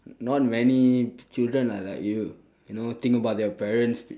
not many children are like you you know think about their parents